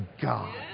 God